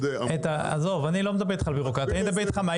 אני לא מדבר איתך על ביורוקרטיה.